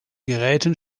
geräten